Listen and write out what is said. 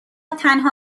تنها